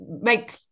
make